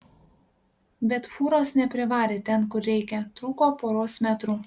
bet fūros neprivarė ten kur reikia trūko poros metrų